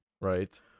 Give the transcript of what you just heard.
right